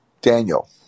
Daniel